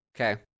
Okay